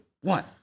one